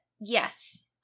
yes